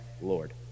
Lord